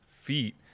feet